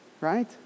right